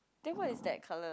then what is that colour